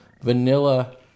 Vanilla